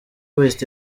west